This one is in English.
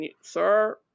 sir